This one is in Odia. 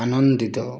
ଆନନ୍ଦିତ